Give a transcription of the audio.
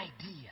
idea